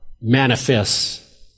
manifest